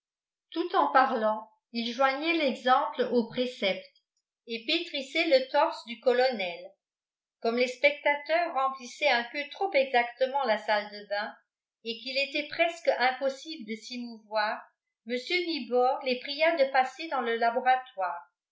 tout en parlant il joignait l'exemple au précepte et pétrissait le torse du colonel comme les spectateurs remplissaient un peu trop exactement la salle de bain et qu'il était presque impossible de s'y mouvoir mr nibor les pria de passer dans le laboratoire